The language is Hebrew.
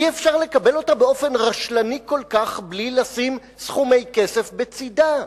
אי-אפשר לקבל אותה באופן רשלני כל כך בלי לשים סכומי כסף בצדה.